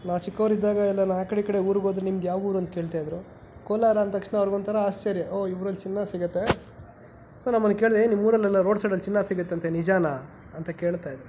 ನಾನು ಚಿಕ್ಕವನಿದ್ದಾಗ ಎಲ್ಲ ನಾನು ಆ ಕಡೆ ಈ ಕಡೆ ಊರಿಗ್ ಹೋದ್ರೆ ನಿಮ್ದು ಯಾವ ಊರು ಅಂತ ಕೇಳ್ತಾ ಇದ್ದರು ಕೋಲಾರ ಅಂತಕ್ಷಣ ಅವ್ರ್ಗೆ ಒಂಥರ ಆಶ್ಚರ್ಯ ಓಹ್ ಈ ಊರಲ್ಲಿ ಚಿನ್ನ ಸಿಗುತ್ತೆ ಸೊ ನಮ್ಮನ್ನು ಕೇಳಿ ಏಯ್ ನಿಮ್ಮ ಊರಲ್ಲೆಲ್ಲ ರೋಡ್ ಸೈಡಲ್ಲಿ ಚಿನ್ನ ಸಿಗುತ್ತಂತೆ ನಿಜಾನಾ ಅಂತ ಕೇಳ್ತಾ ಇದ್ರು